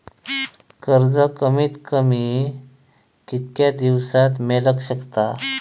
कर्ज कमीत कमी कितक्या दिवसात मेलक शकता?